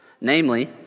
Namely